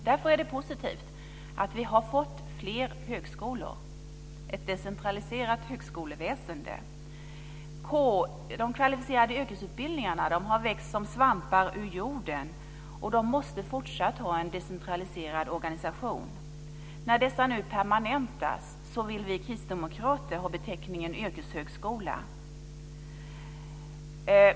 Det är därför positivt att vi har fått fler högskolor och ett decentraliserat högskoleväsende. De kvalificerade yrkesutbildningarna har växt som svampar ur jorden, och de måste fortsatt ha en decentraliserad organisation. När de nu permanentas vill vi kristdemokrater att de får beteckningen yrkeshögskolor.